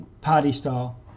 party-style